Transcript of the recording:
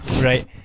Right